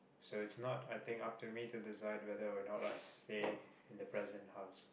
so it's not I think up to me to decide whether or not I stay in the present house